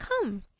come